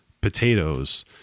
potatoes